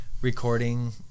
recording